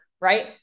right